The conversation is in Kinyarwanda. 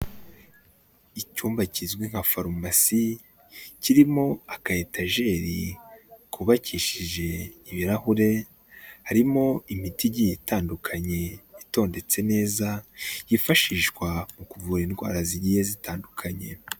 Icyumba kizwi nka farumasi kirimo aka etajeri kubakishije ibirahure, harimo imiti igiye itandukanye itondetswe neza, yifashishwa mu kuvura indwara zigiye zitandukanye.